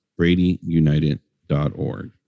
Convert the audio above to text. BradyUnited.org